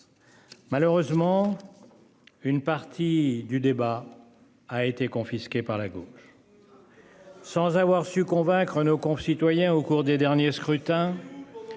malheureusement. Une partie du débat a été confisqué par la gauche. Sans avoir su convaincre nos concitoyens au cours des derniers scrutins.